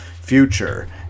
future